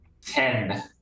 Ten